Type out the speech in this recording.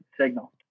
signal